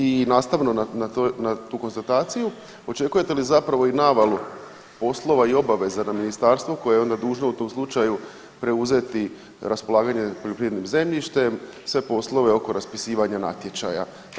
I nastavno na tu konstataciju očekujete li zapravo i navalu poslova i obaveza na ministarstvu koje je onda dužno u tom slučaju preuzeti raspolaganje poljoprivrednim zemljištem, sve poslove oko raspisivanja natječaja.